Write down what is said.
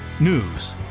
News